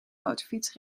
motorfiets